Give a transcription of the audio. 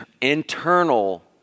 internal